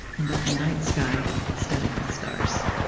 and of the night sky studded with stars.